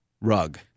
rug